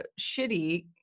shitty